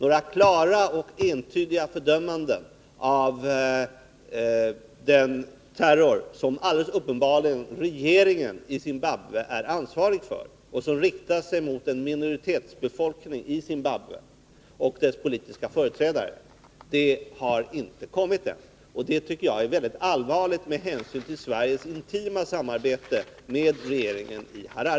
Några klara och entydiga fördömanden av den terror som regeringen i Zimbabwe alldeles uppenbart är ansvarig för och som riktar sig mot en minoritetsbefolkning i landet och dess politiska företrädare har inte kommit än, och det tycker jag är väldigt allvarligt med hänsyn till Sveriges intima samarbete med regeringen i Harare.